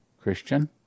Christian